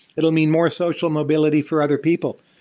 it will mean more social mobility for other people.